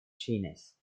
chinese